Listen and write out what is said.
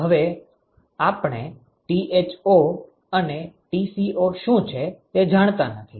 હવે આપણે Tho અને Tco શું છે તે જાણતા નથી